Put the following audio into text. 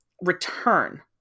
return